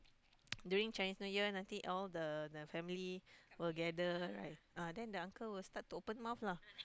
during Chinese-New-Year nanti all the the family will gather right uh then the uncle will start to open mouth lah